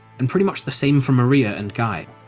and pretty much the same for maria and guy.